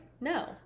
no